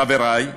חברי,